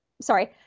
sorry